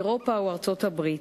אירופה או ארצות-הברית,